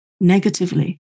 negatively